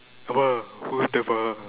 !wah! who's the